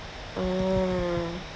ah